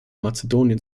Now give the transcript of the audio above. mazedonien